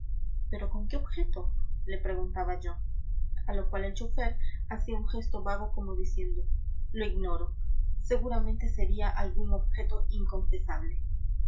pero con qué objeto le preguntaba yo a lo cual el chauffeur hacía un gesto vago como diciendo lo ignoro seguramente sería algún objeto inconfesable